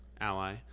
Ally